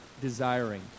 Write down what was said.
desiring